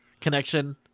connection